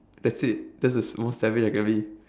that's it that's the most savage I can be